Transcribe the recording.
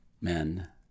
men